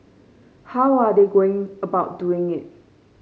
how are they going about doing it